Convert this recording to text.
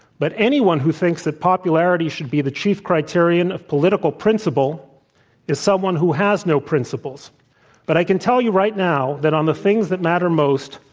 but anything who thinks that popularity should be the chief criterion of political principle is someone who has no principles. but i can tell you right now that, on the things that matter most,